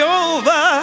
over